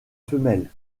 femelle